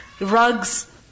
rugs